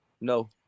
No